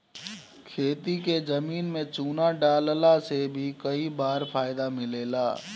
खेती के जमीन में चूना डालला से भी कई बार फायदा मिलेला